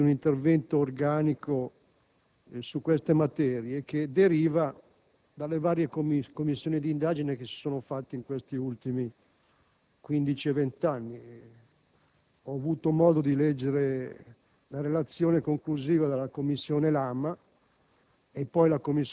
conclusione comune riguardo all'esigenza di un intervento organico su queste materie che deriva dalle varie Commissioni d'inchiesta che si sono succedute in questi ultimi 15-20 anni.